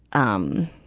um,